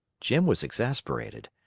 jim was exasperated.